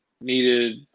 needed